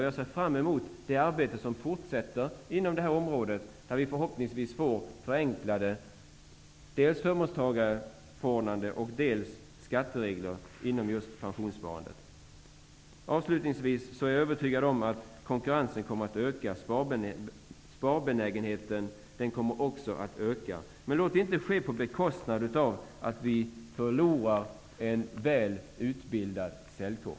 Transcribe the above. Jag ser fram emot det arbete som skall fortsätta inom det här området. Vi kommer förhoppningsvis att få förenklade förmånstagarförordnanden och skatteregler inom pensionssparandet. Avslutningsvis är jag övertygad om att konkurrensen kommer att öka. Sparbenägenheten kommer också att öka. Låt det dock inte ske på bekostnad av att vi förlorar en väl utbildad säljkår.